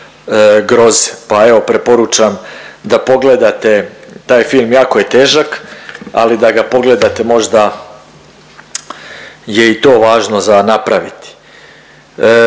pa evo preporučam da pogledate taj film. Jako je težak, ali da ga pogledate možda je i to važno za napraviti.